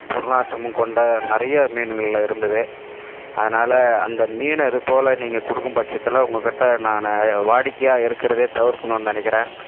துர்நாற்றமும் கொண்ட நிறைய மீன்களில் இருந்தது அதனால் அந்த மீனை இதுபோல் நீங்கள் கொடுக்கும் பட்சத்தில் உங்கள்கிட்ட நான் வாடிக்கையா இருக்கிறதே தவிர்க்கணுன்னு நினைக்கிறேன்